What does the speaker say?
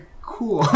cool